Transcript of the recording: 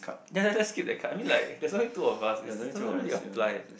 ya ya let's skip that card I mean like there's only two of us it doesn't really apply